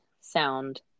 sound